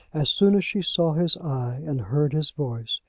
as soon as she saw his eye and heard his voice,